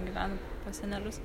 gyvena pas senelius